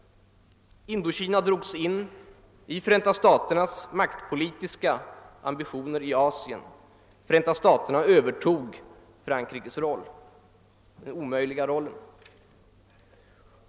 Indokina drogs in i USA:s maktpolitiska ambitioner i Asien. Förenta staterna övertog Frankrikes omöjliga roll.